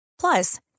Plus